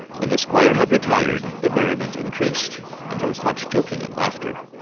when the squire had retired, the merriment increased, and there was much joking and laughter,